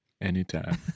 Anytime